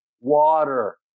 water